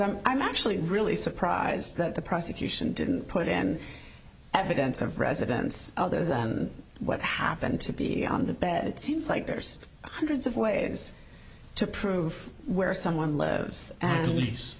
i'm i'm actually really surprised that the prosecution didn't put in evidence of residence other than what happened to be on the bed it seems like there's hundreds of ways to prove where someone lives and